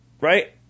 right